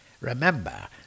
Remember